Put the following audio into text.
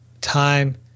time